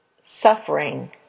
suffering